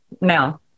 now